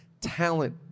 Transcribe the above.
talent